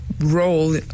role